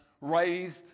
raised